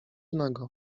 nago